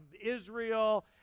Israel